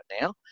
now